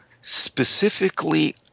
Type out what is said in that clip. specifically